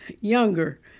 younger